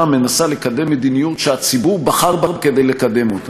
מנסה לקדם מדיניות שהציבור בחר בה כדי לקדם אותה,